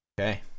Okay